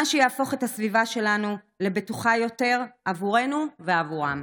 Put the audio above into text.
מה שיהפוך את הסביבה שלנו לבטוחה יותר עבורנו ועבורם.